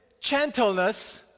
gentleness